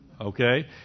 okay